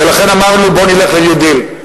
ולכן אמרנו: בואו נלך ל-new deal.